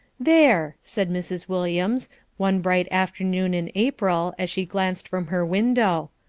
there! said mrs. williams one bright afternoon in april, as she glanced from her window.